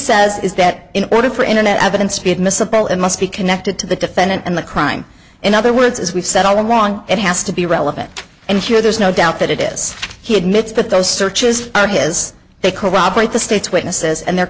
says is that in order for internet evidence to be admissible it must be connected to the defendant and the crime in other words as we've said all wrong it has to be relevant and here there's no doubt that it is he admits that those searches are his they corroborate the state's witnesses and they're